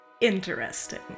interesting